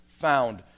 found